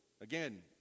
Again